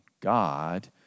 God